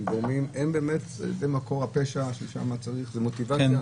הם באמת מקור הפשע ששם צריך לטפל.